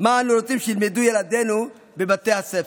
מה אנו רוצים שילמדו ילדינו בבתי הספר.